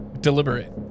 Deliberate